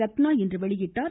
ரத்னா இன்று வெளியிட்டார்